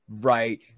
right